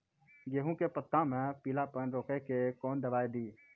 गेहूँ के पत्तों मे पीलापन रोकने के कौन दवाई दी?